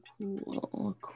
cool